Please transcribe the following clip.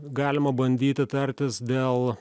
galima bandyti tartis dėl